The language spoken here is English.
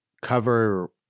cover